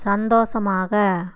சந்தோஷமாக